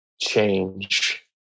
change